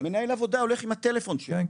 מנהל העבודה הולך עם הטלפון שלו --- כן,